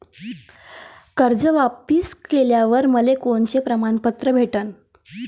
कर्ज वापिस केल्यावर मले कोनचे प्रमाणपत्र भेटन का?